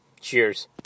Cheers